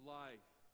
life